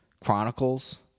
Chronicles